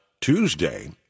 Tuesday